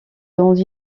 dans